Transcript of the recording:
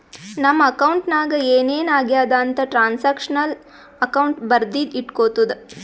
ನಮ್ ಅಕೌಂಟ್ ನಾಗ್ ಏನ್ ಏನ್ ಆಗ್ಯಾದ ಅಂತ್ ಟ್ರಾನ್ಸ್ಅಕ್ಷನಲ್ ಅಕೌಂಟ್ ಬರ್ದಿ ಇಟ್ಗೋತುದ